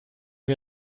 wir